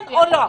כן או לא.